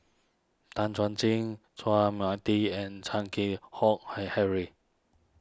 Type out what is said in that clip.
Tan Chuan Jin Chua Mia Tee and Chan Keng Howe He Harry